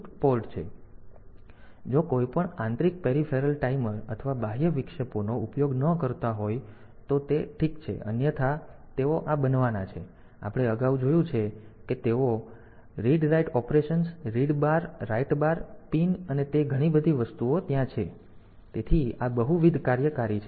તેથી જો કોઈપણ આંતરિક પેરિફેરલ ટાઈમર અથવા બાહ્ય વિક્ષેપો નો ઉપયોગ ન કરતા હોય તો તે ઠીક છે અન્યથા તેથી તેઓ આ બનવાના છે આપણે અગાઉ જોયું છે કે તેઓ ત્યાં છે અને read write operations read bar write bar pin અને તે બધી વસ્તુઓ ત્યાં છે તેથી આ પણ બહુવિધ કાર્યકારી છે